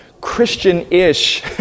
Christian-ish